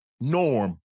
Norm